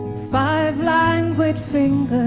five languid fingers